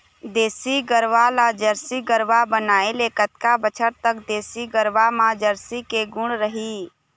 देसी गरवा ला जरसी गरवा बनाए ले कतका बछर तक देसी गरवा मा जरसी के गुण रही?